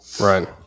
right